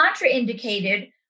contraindicated